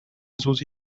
susi